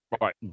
right